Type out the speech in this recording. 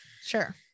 sure